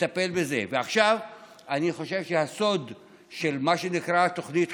רוצה להגיד לכם